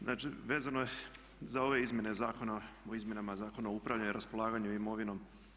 Znači vezano je za ove izmjene Zakona o izmjenama Zakona o upravljanju i raspolaganju imovinom.